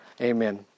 Amen